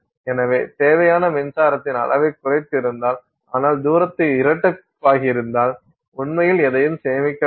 எனவே தேவையான மின்சாரத்தின் அளவைக் குறைத்திருந்தால் ஆனால் தூரத்தை இரட்டிப்பாக்கியிருந்தால் உண்மையில் எதையும் சேமிக்கவில்லை